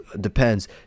depends